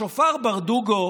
השופר ברדוגו